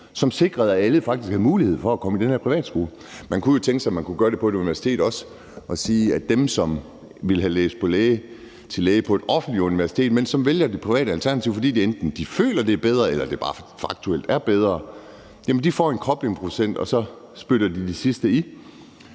som sikrede, at alle faktisk havde mulighed for at komme i den her privatskole. Man kunne jo tænke sig, at man også kunne gøre det på et universitet og sige, at dem, som ville have læst til læge på et offentligt universitet, men som vælger det private alternativ, enten fordi de føler, at det er bedre, eller fordi det faktuelt bare er bedre, får en koblingsprocent, og så spytter de selv det sidste i.